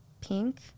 pink